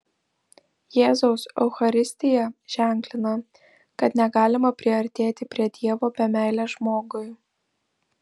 jėzaus eucharistija ženklina kad negalima priartėti prie dievo be meilės žmogui